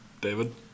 David